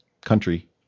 country